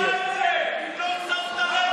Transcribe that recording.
היא אמרה את זה,